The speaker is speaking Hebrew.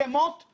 אני סבור,